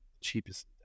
cheapest